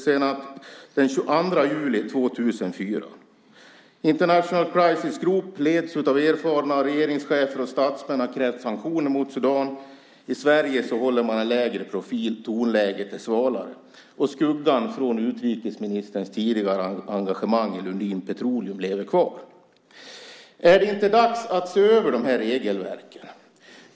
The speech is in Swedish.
Senate den 22 juli 2004. International Crisis Group, som leds av erfarna regeringschefer och statsmän, har krävt sanktioner mot Sudan. I Sverige håller man en lägre profil. Tonläget är svalare. Skuggan från utrikesministerns tidigare engagemang i Lundin Petroleum lever kvar. Är det inte dags att se över regelverken?